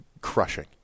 crushing